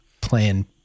playing